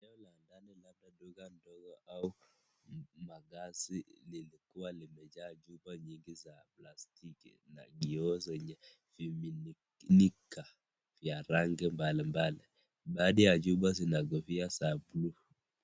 Eneo la ndani labda duka ndogo au makazi lilikuwa limejaa chupa nyingi za plastiki na vioo zenye zimemininika ya rangi mbali mbali. Baadhi ya chupa zina kofia za blue .